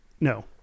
No